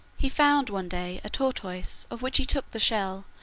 he found, one day, a tortoise, of which he took the shell,